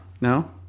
no